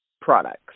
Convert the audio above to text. products